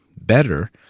better